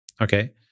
okay